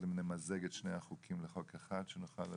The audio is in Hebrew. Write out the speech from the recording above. קודם נמזג את שני החוקים לחוק אחד, שנוכל?